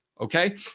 Okay